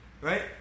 right